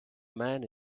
man